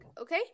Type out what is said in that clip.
Okay